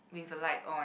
with the light on